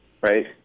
right